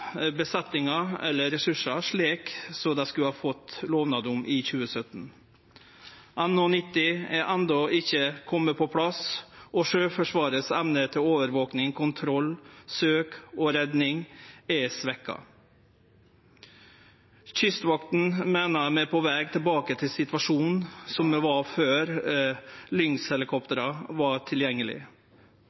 besetninga eller fått ressursar slik dei hadde fått lovnad om i 2017. NH90 er enno ikkje kome på plass, og Sjøforsvarets evne til overvaking, kontroll, søk og redning er svekt. Kystvakta meiner vi er på veg tilbake til situasjonen som var før Lynx-helikoptera var